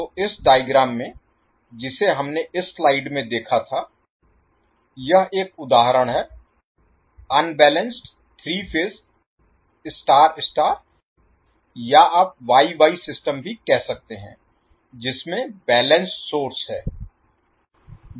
तो इस डायग्राम में जिसे हमने इस स्लाइड में देखा था यह एक उदाहरण है अनबैलेंस्ड 3 फेज स्टार स्टार या आप वाई वाई सिस्टम भी कह सकते हैं जिसमें बैलेंस्ड सोर्स है